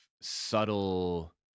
subtle